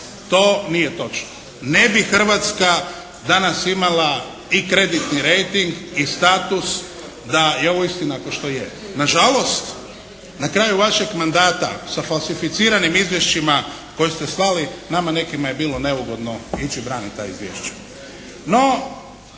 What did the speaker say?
to nije točno. Ne bi Hrvatska danas imala i kreditni rejting i status da je ovo istina to što je. Na žalost na kraju vašeg mandata sa falsificiranim izvješćima koje ste slali. Nama nekima je bilo neugodno ići braniti ta izvješća.